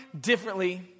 differently